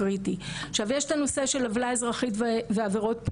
הסמכות שלהם היא לטיפול בפגיעות פליליות.